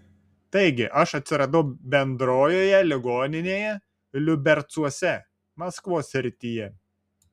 taigi aš atsiradau bendrojoje ligoninėje liubercuose maskvos srityje